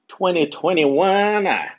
2021